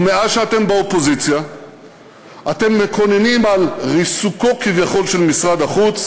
ומאז שאתם באופוזיציה אתם מקוננים על ריסוקו כביכול של משרד החוץ,